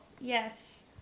Yes